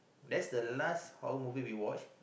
that's the last horror movie we watch